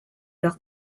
leur